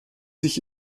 sich